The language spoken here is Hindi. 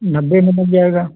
नब्बे में मिल जाएगा